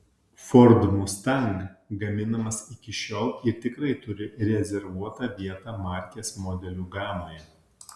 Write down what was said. ford mustang gaminamas iki šiol ir tikrai turi rezervuotą vietą markės modelių gamoje